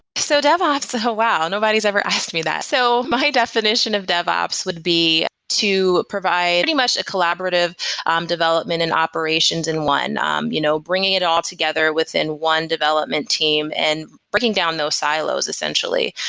so devops. so wow, nobody's ever asked me that. so my definition of devops would be to provide pretty much a collaborative um development in and operations in one um you know bringing it all together within one development team and breaking down those silos, essentially.